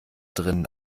drinnen